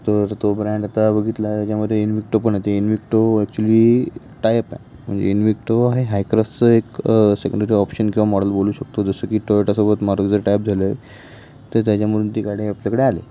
तर तो ब्रँड आता बघितला आहे त्याच्यामध्ये इनविक्टो पण येते इनविक्टो ॲक्च्युली टायपय म्हणजे इनविक्टो हाय हायक्रॉसचं एक सेकंडरी ऑप्शन किंवा मॉडल बोलू शकतो जसं की टोयोटासोबत मारुतीचं टायअप झालं आहे तर त्याच्या मधून ती गाडी आपल्याकडे आले